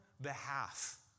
behalf